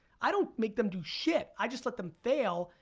i don't make them do shit. i just let them fail,